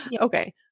Okay